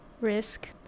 Risk